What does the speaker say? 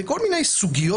כל מיני סוגיות